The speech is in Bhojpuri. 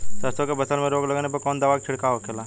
सरसों की फसल में रोग लगने पर कौन दवा के छिड़काव होखेला?